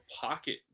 Pocket